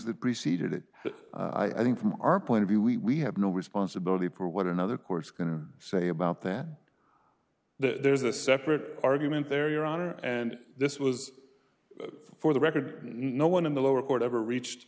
that preceded it i think from our point of view we we have no responsibility for what another course going to say about that there's a separate argument there your honor and this was for the record no one in the lower court ever reach